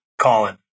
Colin